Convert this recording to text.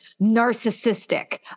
narcissistic